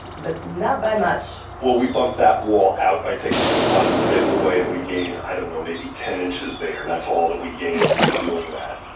but not by much well, we bumped that wall out by taking some closet space away and we gained, i don't know, maybe ten inches there. that's all that we gained in doing that